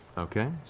okay,